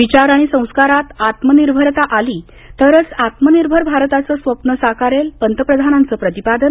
विचार आणि संस्कारात आत्मनिर्भरता आली तरच आत्मनिर्भर भारताचं स्वप्न साकारेल पंतप्रधानांचं प्रतिपादन